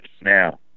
now